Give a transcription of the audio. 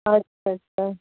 अच्छा अच्छा